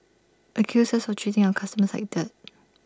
accused us for treating our customers like dirt